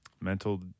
mental